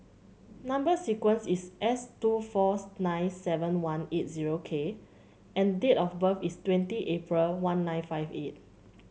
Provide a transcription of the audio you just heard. number sequence is S two four nine seven one eight zero K and date of birth is twenty April one nine five eight